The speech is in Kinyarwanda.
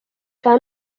akaba